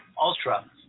ultra